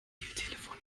mobiltelefon